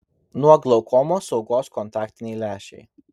nuo glaukomos saugos kontaktiniai lęšiai